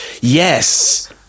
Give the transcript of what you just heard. Yes